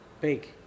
big